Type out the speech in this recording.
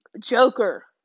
Joker